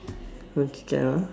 okay can ah